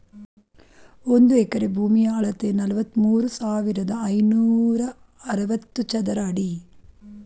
ಒಂದು ಎಕರೆ ಭೂಮಿಯ ಅಳತೆ ನಲವತ್ಮೂರು ಸಾವಿರದ ಐನೂರ ಅರವತ್ತು ಚದರ ಅಡಿ